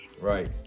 right